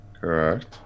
Correct